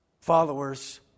followers